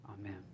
Amen